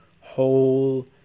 whole